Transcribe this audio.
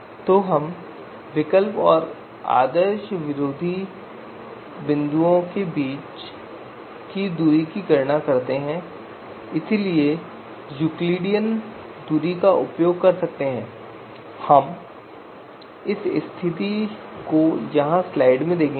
तो हम विकल्प और आदर्श और विरोधी आदर्श बिंदुओं के बीच की दूरी की गणना करने के लिए यूक्लिडियन दूरी का उपयोग कैसे करते हैं हम इस स्थिति को यहां स्लाइड में देख सकते हैं